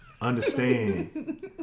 understand